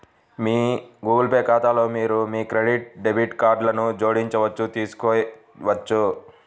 మీ Google Pay ఖాతాలో మీరు మీ క్రెడిట్, డెబిట్ కార్డ్లను జోడించవచ్చు, తీసివేయవచ్చు